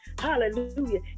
Hallelujah